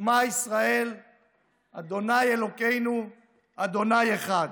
"שמע ישראל ה' אלוקינו ה' אחד".